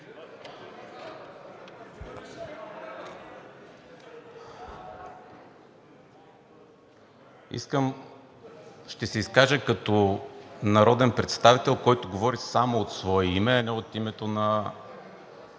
(ИТН): Ще се изкажа като народен представител, който говори само от свое име, а не от името на